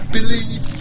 Believe